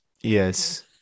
Yes